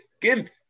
give